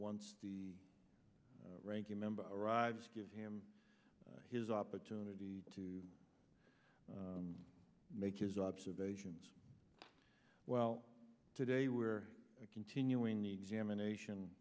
once the ranking member arrives give him his opportunity to make his observations well today we're continuing the examination